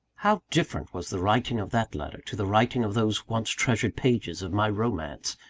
how different was the writing of that letter, to the writing of those once-treasured pages of my romance,